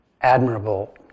admirable